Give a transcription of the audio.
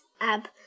up